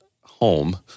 Home